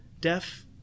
deaf